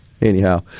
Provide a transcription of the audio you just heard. anyhow